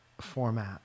format